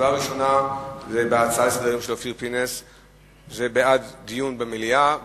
הצבעה ראשונה על ההצעה לסדר-היום של אופיר פינס, בעד זה דיון במליאה,